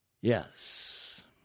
Yes